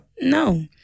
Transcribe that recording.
No